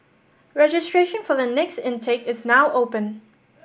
registration for the next intake is now open